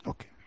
Okay